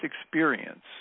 experience